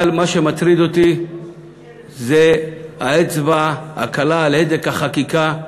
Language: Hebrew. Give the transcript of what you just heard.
אבל מה שמטריד אותי זה האצבע הקלה על הדק החקיקה.